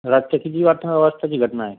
रातच्या किती वाजता वाजताची घटना आहे